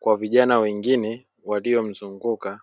kwa vijana wengine waliomzunguka.